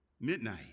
midnight